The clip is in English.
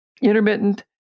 intermittent